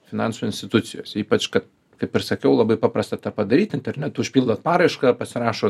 finansų institucijose ypač kad kaip ir sakiau labai paprasta tą padaryti internetu užpildot paraišką pasirašot